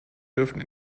dürfen